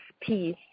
peace